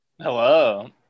Hello